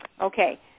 Okay